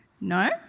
No